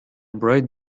bright